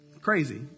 crazy